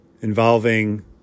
involving